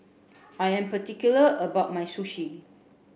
I am particular about my Sushi